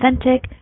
authentic